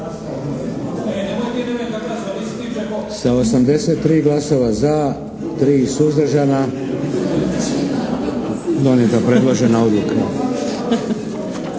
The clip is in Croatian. Sa 83 glasova za, 3 suzdržana donijeta predložena odluka.